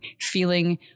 feeling